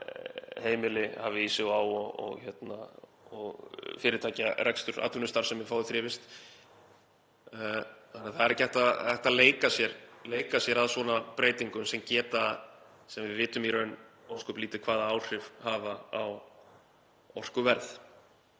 heimili hafi í sig og á og svo að fyrirtækjarekstur, atvinnustarfsemi fái þrifist. Þannig að það er ekki hægt að leika sér að svona breytingum sem við vitum í raun ósköp lítið hvaða áhrif hafa á orkuverð.